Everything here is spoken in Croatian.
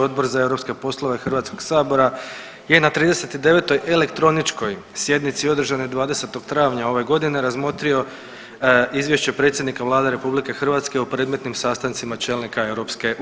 Odbor za europske poslove Hrvatskog sabora je na 39. elektroničkoj sjednici održanoj 20. travnja ove godine razmotrio izvješće predsjednika Vlade RH o predmetnim sastancima čelnika EU.